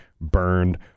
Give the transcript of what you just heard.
burned